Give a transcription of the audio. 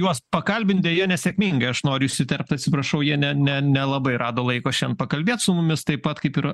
juos pakalbint deja nesėkmingai aš noriu įsiterpt atsiprašau jie ne ne nelabai rado laiko šian pakalbėt su mumis taip pat kaip ir